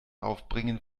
aufbringen